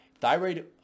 Thyroid